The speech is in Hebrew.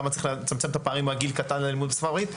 כמה צריך לצמצם את הפערים בגיל צעיר ללימוד השפה הערבית.